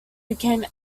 became